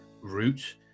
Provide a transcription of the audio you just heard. route